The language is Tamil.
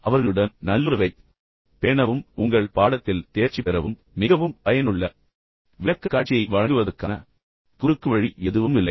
அவர்களுடன் நல்லுறவைப் பேணவும் உங்கள் பாடத்தில் தேர்ச்சி பெறவும் மிகவும் பயனுள்ள விளக்கக்காட்சியை வழங்குவதற்கான குறுக்குவழி எதுவும் இல்லை